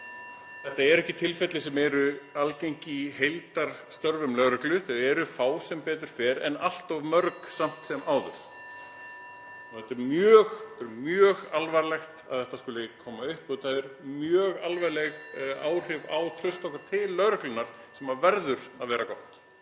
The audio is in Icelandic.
Þetta eru ekki tilfelli sem eru algeng í heildarstörfum lögreglu, þau eru sem betur fer fá en allt of mörg samt sem áður. Það er mjög alvarlegt að þetta skuli koma upp (Forseti hringir.) og þetta hefur mjög alvarleg áhrif á traust okkar til lögreglunnar sem verður að vera gott.